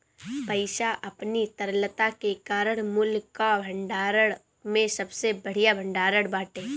पईसा अपनी तरलता के कारण मूल्य कअ भंडारण में सबसे बढ़िया भण्डारण बाटे